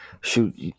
shoot